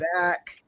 back